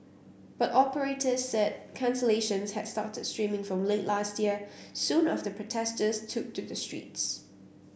but operators said cancellations had started streaming from late last year soon after protesters took to the streets